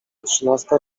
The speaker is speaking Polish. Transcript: trzynasta